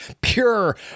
pure